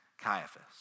Caiaphas